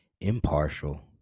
impartial